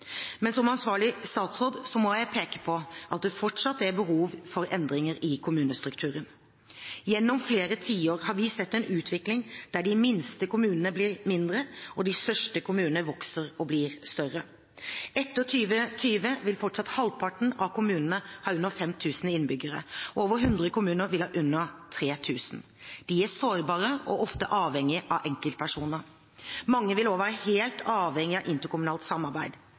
Men som ansvarlig statsråd må jeg peke på at det fortsatt er behov for endringer i kommunestrukturen. Gjennom flere tiår har vi sett en utvikling der de minste kommunene blir mindre og de største kommunene vokser og blir større. Etter 2020 vil fortsatt halvparten av kommunene ha under 5 000 innbyggere, og over 100 kommuner vil ha under 3 000. De er sårbare og ofte avhengige av enkeltpersoner. Mange vil også være helt avhengige av interkommunalt samarbeid.